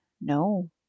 no